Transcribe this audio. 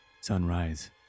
sunrise